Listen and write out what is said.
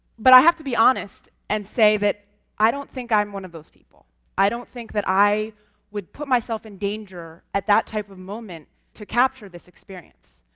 but i have to be honest, and say that i don't think i'm one of those people i don't think that i would put myself in danger, at that type of moment, to capture this experience.